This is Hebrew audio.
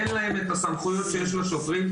אין להם את הסמכויות שיש לשוטרים.